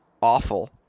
awful